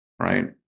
right